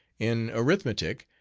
in arithmetic,